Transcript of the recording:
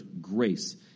grace